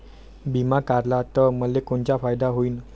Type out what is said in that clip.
बिमा काढला त मले कोनचा फायदा होईन?